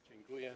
Dziękuję.